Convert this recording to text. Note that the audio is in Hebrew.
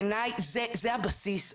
בעיני זה הבסיס,